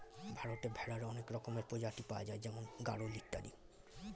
ভারতে ভেড়ার অনেক রকমের প্রজাতি পাওয়া যায় যেমন গাড়ল ইত্যাদি